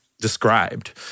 described